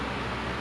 mm